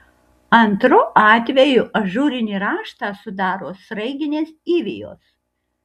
antru atvejų ažūrinį raštą sudaro sraiginės įvijos